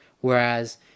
Whereas